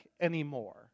anymore